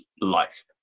life